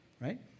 Right